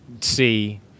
See